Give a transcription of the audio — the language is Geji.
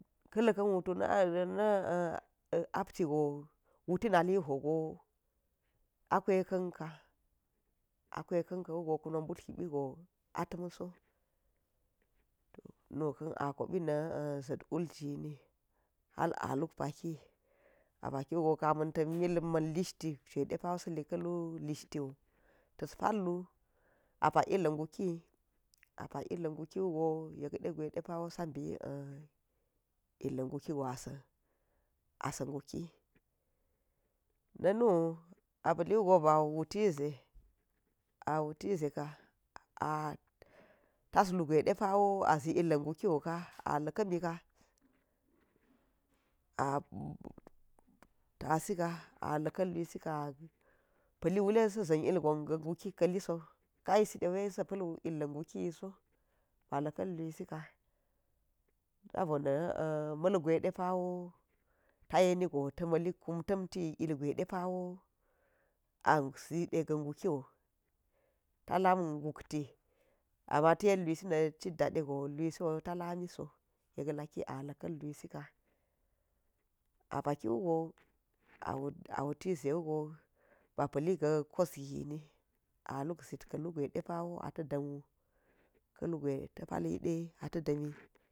Ka̱ laka̱n wutu na̱ apti go wuti nal wi hwo go a kwe ka̱n ka, a kweka̱n wugo ku no mbutla gibi go a ta̱mso nu ka̱n a kobi na̱ za̱t wul jinni ha a luk pak a paki wu go kama̱n to mil man listiti gwe depawo sa̱ li ka̱ in listiti wu ta̱s pal wu a pak illa̱ nguki a pak illa̱ gwuki wugo yek degwe depawo sa mbi illa̱ ngwuki gwasa̱n, a sa̱ ngwu ki, na̱nu a pa̱liwugo wuti ze wutize ka a tas higwe depawo a zi illa̱ ngwuki wuka, a la̱ka̱mika a tasika ala̱ka̱ n lusika, a pa̱li wule sa̱ za̱n ilgwan ga nguki ka̱liso kayiside wai sa̱ pa̱l illa̱ ngwukiyiso ba la̱ka̱n lusika sabo na̱ ma̱l gwe depawo tayni go ta̱ ma̱ li kumtamti ilgwe depawo azi de ga̱ ngwu kiwu ka lam ngukti ama ta̱ yen luwi na̱ cit dade go luso ti lani so yek laki a la̱ ka̱m lusika, a pakiwugo a wuti za wugo ba pa̱li ga̱ kos gini a lut zit ka̱ lugwe depawo a ta̱ da̱n wo a ta̱ dami